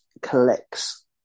collects